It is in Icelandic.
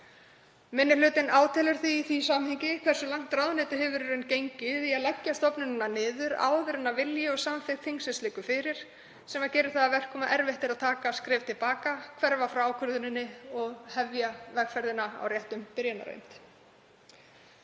minni hluti átelur í því samhengi hversu langt ráðuneytið hefur gengið í að leggja stofnunina niður áður en vilji og samþykkt þingsins liggur fyrir sem gerir það að verkum að erfitt er að taka skref til baka, hverfa frá ákvörðuninni og hefja vegferðina á réttum byrjunarreit.